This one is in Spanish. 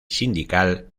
sindical